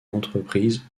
l’entreprise